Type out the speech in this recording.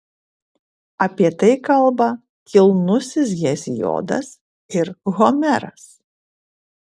apie tai kalba kilnusis heziodas ir homeras